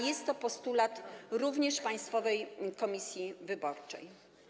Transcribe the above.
Jest to postulat również Państwowej Komisji Wyborczej.